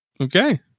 Okay